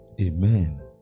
Amen